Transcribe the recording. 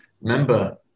Remember